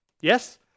Yes